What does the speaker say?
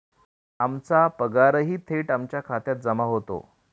आमचा पगारही थेट आमच्या खात्यात जमा होतो